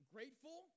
Grateful